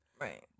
Right